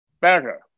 better